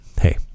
hey